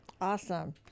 awesome